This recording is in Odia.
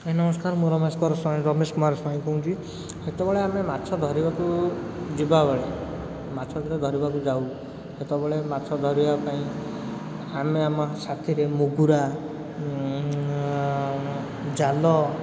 ଆଜ୍ଞା ନମସ୍କାର ମୁଁ ରମେଶ କୁମାର ସ୍ୱାଇଁ ରମେଶ କୁମାର ସ୍ୱାଇଁ କହୁଛି ସେତେବେଳେ ମୁଁ ମାଛ ଧରିବାକୁ ଯିବାବେଳେ ମାଛ ଯେତେବେଳେ ଧରିବାକୁ ଯାଉ ସେତେବେଳେ ମାଛ ଧରିବାପାଇଁ ଆମେ ଆମ ସାଥିରେ ମୁଗୁରା ଜାଲ